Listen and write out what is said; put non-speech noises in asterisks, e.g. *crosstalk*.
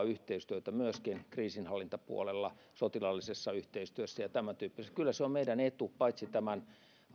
*unintelligible* yhteistyötä myöskin kriisinhallintapuolella sotilaallisessa yhteistyössä ja tämäntyyppisissä asioissa kyllä se on meidän etumme paitsi tämän